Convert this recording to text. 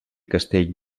castell